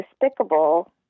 despicable